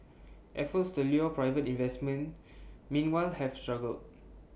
efforts to lure private investment meanwhile have struggled